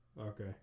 Okay